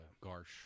Garsh